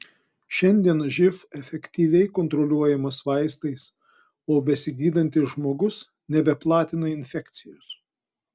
šiandien živ efektyviai kontroliuojamas vaistais o besigydantis žmogus nebeplatina infekcijos